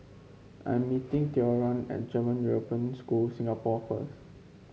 I am meeting Theron at German European School Singapore first